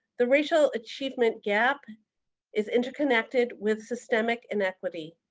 the racial achievement gap is interconnected with systemic inequity.